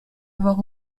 avoir